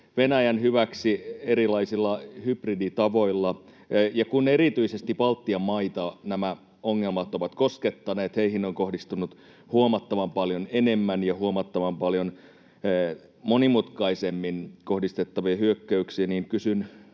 Venäjän hyväksi erilaisilla hybriditavoilla, ja kun erityisesti Baltian maita nämä ongelmat ovat koskettaneet — heihin on kohdistunut huomattavan paljon enemmän ja huomattavan paljon monimutkaisemmin kohdistettavia hyökkäyksiä — niin kysyn